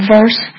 Verse